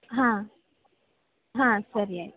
ಹಾಂ ಹಾಂ ಸರಿ ಆಯಿತು